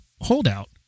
holdout